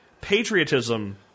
Patriotism